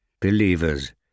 Believers